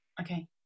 Okay